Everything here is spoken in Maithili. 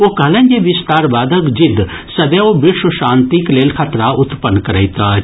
ओ कहलनि जे विस्तारवादक जिद सदैव विश्व शांतिक लेल खतरा उत्पन्न करैत अछि